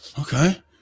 Okay